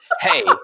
hey